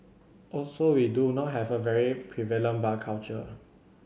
also we do not have a very prevalent bar culture